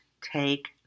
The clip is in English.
take